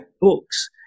books